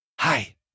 Hi